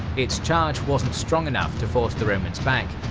its charge wasn't strong enough to force the romans back,